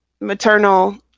maternal